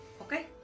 okay